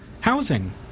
housing